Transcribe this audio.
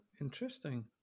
interesting